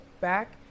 back